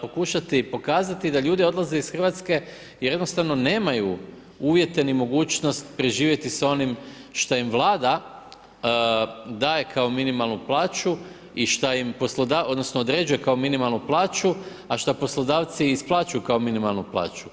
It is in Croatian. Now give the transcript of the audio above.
pokušati pokazati, da ljudi odlaze iz Hrvatske jer jednostavno nemaju uvijete ni mogućnost preživjeti s onim što im vlada daje kao minimalnu plaću i što im, odnosno, određuje kao minimalnu plaću a što poslodavci isplaćuju kao minimalnu plaću.